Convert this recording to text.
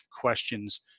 questions